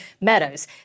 Meadows